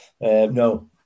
no